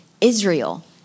Israel